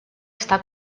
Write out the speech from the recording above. está